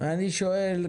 אני שואל,